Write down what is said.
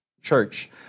church